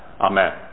Amen